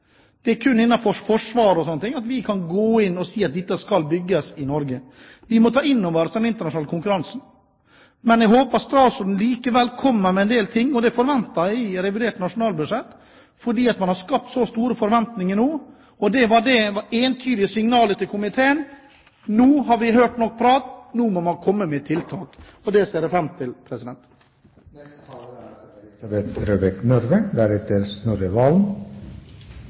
Det er kun innenfor Forsvaret og slike ting at man kan gå inn og si at dette skal bygges i Norge. Vi må ta inn over oss den internasjonale konkurransen. Men jeg håper statsråden likevel kommer med en del ting, og det forventer jeg i revidert nasjonalbudsjett, fordi man har skapt så store forventninger nå. Det var det entydige signalet til komiteen: Nå har vi hørt nok prat, nå må man komme med tiltak. Det ser jeg fram til. Det er